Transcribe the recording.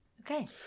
Okay